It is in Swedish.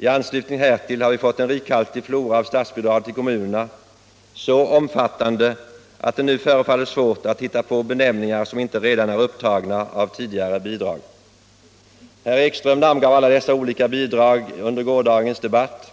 I anslutning härtill har vi fått en rikhaltig flora av statsbidrag till kommunerna, så omfattande att det nu förefaller svårt att hitta på benämningar som inte redan är upptagna av tidigare bidrag. Herr Ekström namngav alla dessa olika bidrag under gårdagens debatt,